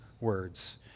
words